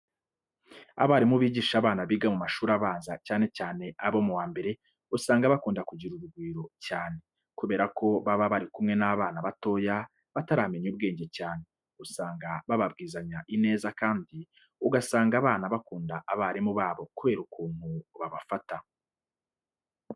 Abarimu bigisha abana biga mu mashuri abanza, cyane cyane abo mu wa mbere usanga bakunda kugira urugwiro cyane kubera ko baba bari kumwe n'abana batoya bataramenya ubwenge cyane. Usanga bababwizanya ineza kandi ugasanga abana bakunda abarimu babo kubera ukuntu babafata.